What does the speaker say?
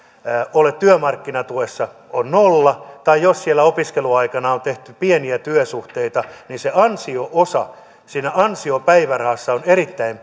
on työmarkkinatuessa nolla tai jos siellä opiskeluaikana on tehty pieniä työsuhteita niin se ansio osa siinä ansiopäivärahassa on erittäin